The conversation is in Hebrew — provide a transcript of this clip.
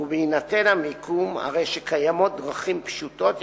ובהינתן המיקום, הרי שקיימות דרכים פשוטות יחסית,